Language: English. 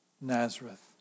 Nazareth